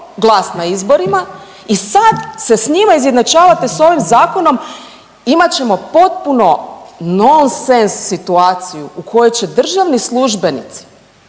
glas na izborima i sad se sa njima izjednačavate sa ovim zakonom imat ćemo potpuno nonsens situaciju u kojoj će državni službenici